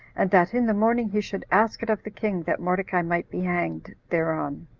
and that in the morning he should ask it of the king that mordecai might be hanged thereon.